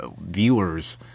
viewers